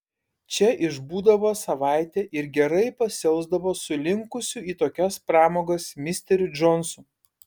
čia išbūdavo savaitę ir gerai pasiausdavo su linkusiu į tokias pramogas misteriu džonsu